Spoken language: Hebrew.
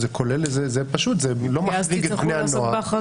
זה פשוט, זה לא מחריג את בני הנוער.